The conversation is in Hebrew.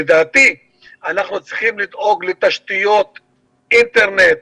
לדעתי אנחנו צריכים לדאוג לתשתיות אינטרנט